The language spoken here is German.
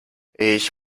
ich